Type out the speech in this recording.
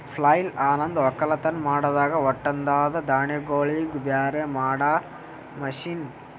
ಪ್ಲಾಯ್ಲ್ ಅನಂದ್ ಒಕ್ಕಲತನ್ ಮಾಡಾಗ ಹೊಟ್ಟದಾಂದ ದಾಣಿಗೋಳಿಗ್ ಬ್ಯಾರೆ ಮಾಡಾ ಮಷೀನ್